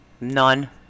None